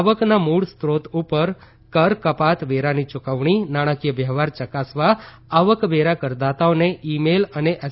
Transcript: આવકના મૂળ સ્ત્રોત ઉપર કર કપાત વેરાની યૂકવણી નાણાંકીય વ્યવહાર યકાસવા આવકવેરા કરદાતાઓને ઈ મેઈલ અને એસ